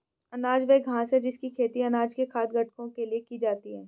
अनाज वह घास है जिसकी खेती अनाज के खाद्य घटकों के लिए की जाती है